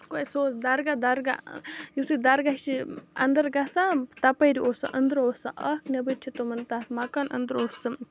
سُہ اوس دَرگاہ دَرگاہ یُس یہِ دَرگاہ چھِ انٛدر گَژھان تَپٲرۍ اوس سُہ أنٛدرٕ اوس سُہ اَکھ نیٚبٕرۍ چھُ تِمَن تَتھ مَکان أنٛدرٕ اوس سُہ